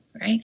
right